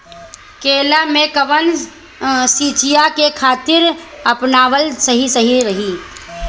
केला में कवन सिचीया के तरिका अपनावल सही रही?